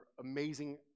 amazing